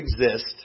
exist